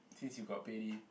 since you got pay already